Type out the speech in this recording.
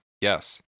Yes